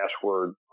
password